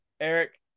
Eric